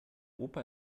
opa